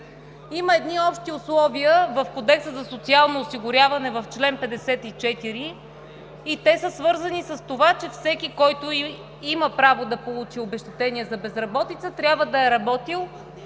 Има едни общи условия в Кодекса за социално осигуряване в чл. 54 и те са свързани с това, че всеки, който има право да получи обезщетение за безработица, трябва да е работил,